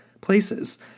places